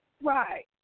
Right